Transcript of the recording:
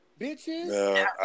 Bitches